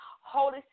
Holy